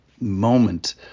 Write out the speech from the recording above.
moment